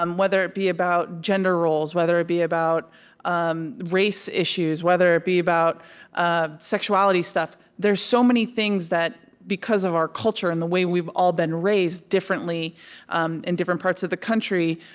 um whether it be about gender roles, whether it be about um race issues, whether it be about ah sexuality stuff. there's so many things that, because of our culture and the way we've all been raised differently um in different parts of the country,